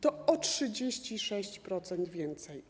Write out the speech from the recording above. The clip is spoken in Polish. To o 36% więcej.